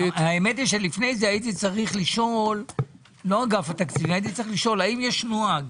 -- לפני כן הייתי צריך לשאול האם יש נוהג